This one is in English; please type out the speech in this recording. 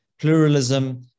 pluralism